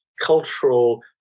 cultural